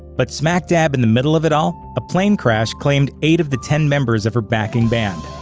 but smack dab in the middle of it all, a plane crash claimed eight of the ten members of her backing band.